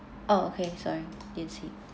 oh okay sorry didn't see